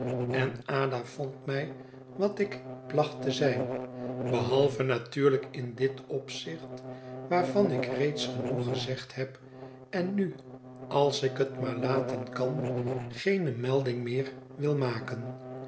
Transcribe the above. en ada vond mij wat ik placht te zijn behalve natuurlijk in dit opzicht waarvan ik reeds genoeg gezegd heb en nu als ik het maar laten kan geene melding meer wil maken